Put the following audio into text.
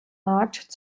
markt